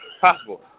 possible